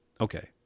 Okay